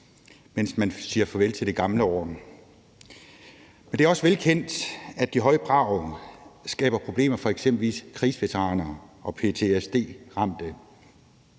mens man siger farvel til det gamle år. Men det er også velkendt, at de høje brag skaber problemer for eksempelvis krigsveteraner og ptsd-ramte.